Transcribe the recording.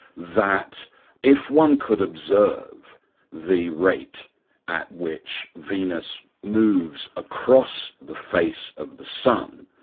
that if one could observe the rate at which venus moves across the face of the sun,